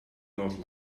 not